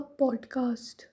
podcast